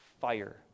fire